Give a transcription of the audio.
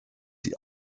die